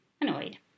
annoyed